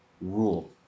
rule